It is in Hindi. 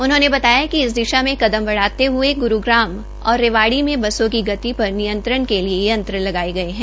उन्होंने बताया कि इस दिशा में कदम बढ़ाते हये ग्रूग्राम और रेवाड़ी में बसों की गति पर नियंत्रण के लिये लगाये गये है